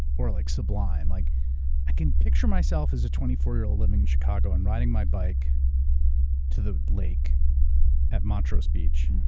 or like sublime, like i can picture myself as a twenty four year old living in chicago and my bike to the lake at montrose beach,